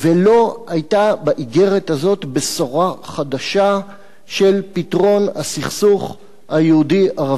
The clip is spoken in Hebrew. לא היתה באיגרת הזו בשורה חדשה של פתרון הסכסוך היהודי ערבי.